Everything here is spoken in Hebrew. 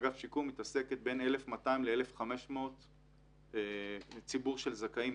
באגף שיקום מתעסקת ב-1,200 עד 1,500 ציבור של זכאים,